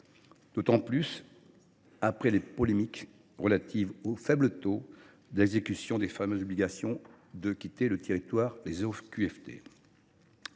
raison après les polémiques relatives au faible taux d’exécution des fameuses obligations de quitter le territoire français